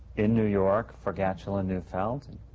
in new york for gatchel and neufeld and